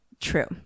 True